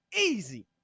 easy